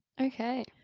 Okay